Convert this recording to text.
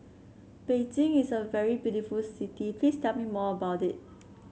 Beijing is a very beautiful city Please tell me more about it